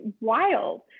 wild